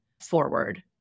forward